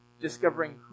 discovering